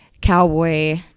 cowboy